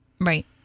Right